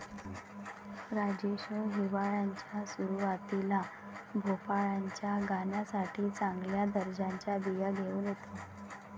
राजेश हिवाळ्याच्या सुरुवातीला भोपळ्याच्या गाण्यासाठी चांगल्या दर्जाच्या बिया घेऊन येतो